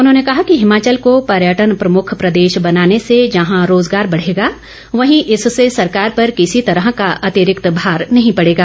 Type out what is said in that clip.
उन्होंने कहा कि हिमाचल को पर्यटन प्रमुख प्रदेश बनाने से जहां रोजगार बढ़ेगा वहीं इससे सरकार पर किसी तरह का अतिरिक्त भार नहीं पड़ेगा